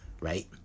right